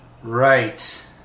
Right